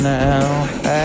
now